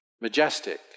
majestic